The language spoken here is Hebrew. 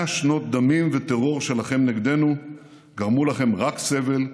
"100 שנות דמים וטרור שלכם נגדנו גרמו לכם רק סבל,